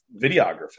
videography